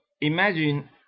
imagine